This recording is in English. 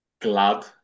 glad